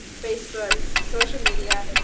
facebook, social media.